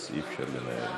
אז אי-אפשר לנהל.